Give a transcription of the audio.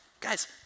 Guys